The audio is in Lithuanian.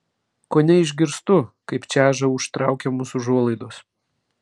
kone išgirstu kaip čeža užtraukiamos užuolaidos